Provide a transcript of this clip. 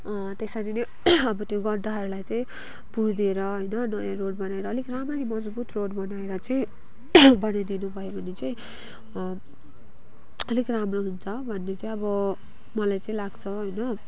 त्यसरी नै अब त्यो गड्डाहरूलाई चाहिँ पुरिदिएर होइन नयाँ रोड बनाएर अलिक राम्ररी मजबुत रोड बनाएर चाहिँ बनाइदिनु भयो भने चाहिँ अलिक राम्रो हुन्छ भन्ने चाहिँ अब मलाई चाहिँ लाग्छ होइन